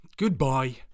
Goodbye